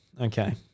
okay